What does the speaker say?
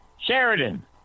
Sheridan